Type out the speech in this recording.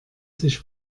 sich